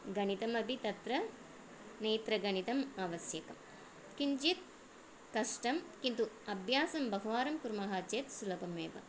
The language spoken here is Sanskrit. गणितमपि तत्र नेत्रगणितम् आवश्यकं किञ्चित् कष्टं किन्तु अभ्यासं बहुवारं कुर्मः चेत् सुलभम् एव